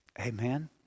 Amen